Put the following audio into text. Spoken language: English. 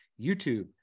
youtube